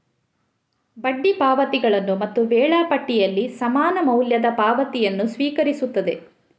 ಬಡ್ಡಿ ಪಾವತಿಗಳನ್ನು ಮತ್ತು ವೇಳಾಪಟ್ಟಿಯಲ್ಲಿ ಸಮಾನ ಮೌಲ್ಯದ ಪಾವತಿಯನ್ನು ಸ್ವೀಕರಿಸುತ್ತದೆ